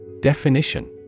Definition